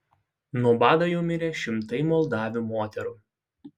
nuo bado jau mirė šimtai moldavių moterų